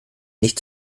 nicht